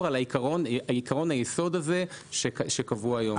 על עקרון היסוד הזה שקבוע היום בחוק?